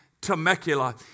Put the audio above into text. Temecula